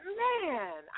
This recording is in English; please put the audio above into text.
man